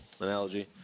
analogy